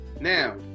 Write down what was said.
Now